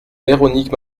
véronique